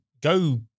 go